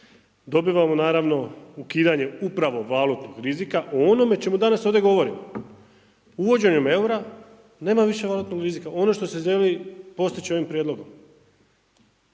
Dobivamo naravno ukidanje upravo valutnog rizika, o onome o čemu danas ovdje govorimo, uvođenjem eura nema više valutnog rizika. Ono što se želi postići ovim prijedlogom,